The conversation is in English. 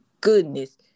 goodness